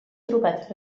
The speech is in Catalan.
trobat